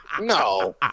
no